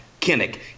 Kinnick